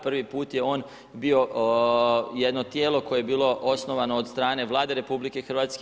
Prvi put je on bio jedno tijelo koje je bilo osnovano od strane Vlade RH.